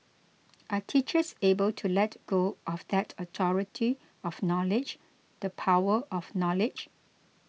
are teachers able to let go of that authority of knowledge the power of knowledge